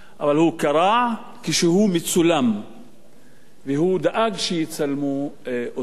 הוא קרע כשהוא מצולם והוא דאג שיצלמו אותו.